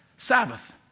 Sabbath